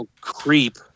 creep